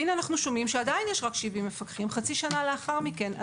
והנה אנחנו שומעים שעדיין יש רק 70 מפקחים חצי שנה לאחר מכן.